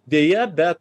deja be